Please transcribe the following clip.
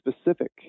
specific